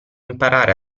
imparare